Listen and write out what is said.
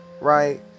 Right